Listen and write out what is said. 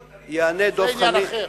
יענה דב חנין, זה עניין אחר.